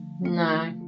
no